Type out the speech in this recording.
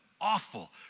awful